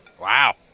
Wow